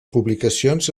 publicacions